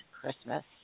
Christmas